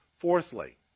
Fourthly